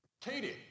Katie